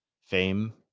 fame